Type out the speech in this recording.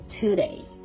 today